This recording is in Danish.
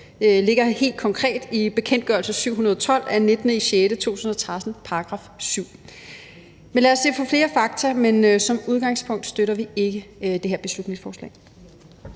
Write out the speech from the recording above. ligger helt konkret i bekendtgørelse nr. 712 af 19. juni 2013, § 7. Lad os se på flere fakta, men som udgangspunkt støtter vi ikke det her beslutningsforslag.